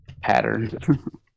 pattern